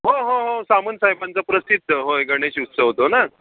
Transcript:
हो हो हो सामंत साहेबांचं प्रसिद्ध होय गणेश उत्सव तो ना